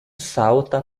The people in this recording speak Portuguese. salta